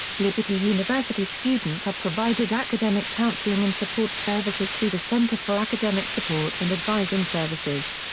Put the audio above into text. liberty university students are provided academic counseling and support services through the center for academic support and advising services.